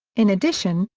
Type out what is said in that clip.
in addition,